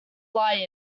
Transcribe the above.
lie